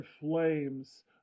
flames